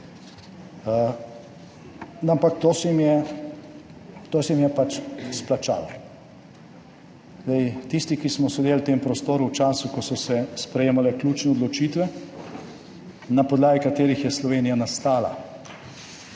Ampak to se jim je pač izplačalo. Tisti, ki smo sedeli v tem prostoru v času, ko so se sprejemale ključne odločitve, na podlagi katerih je Slovenija nastala,